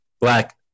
Black